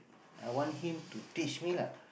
I want him to teach me lah